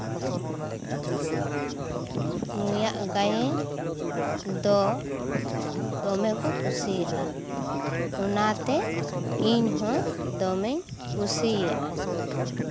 ᱱᱩᱭᱟᱜ ᱜᱟᱭᱟᱱ ᱫᱚ ᱫᱚᱢᱮ ᱠᱚ ᱠᱩᱥᱤᱭᱟᱜᱼᱟ ᱚᱱᱟ ᱛᱮ ᱤᱧ ᱦᱚᱸ ᱫᱚᱢᱮᱧ ᱠᱩᱥᱤᱭᱟᱜᱼᱟ